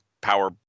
power